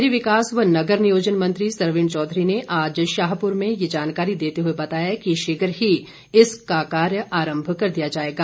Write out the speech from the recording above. शहरी विकास व नगर नियोजन मंत्री सरवीण चौधरी ने आज शाहपुर में यह जानकारी देते हुए बताया कि शीघ्र ही इसका कार्य आरंभ कर दिया जाएगा